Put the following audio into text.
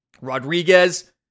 Rodriguez